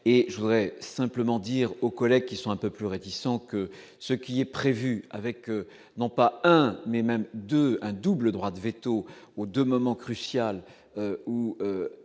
et je voudrais simplement dire aux collègues qui sont un peu plus réticents que ce qui est prévu avec non pas un, mais même 2 double droit de véto aux 2, moment crucial où